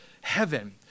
heaven